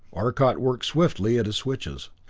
arcot worked swiftly at his switches.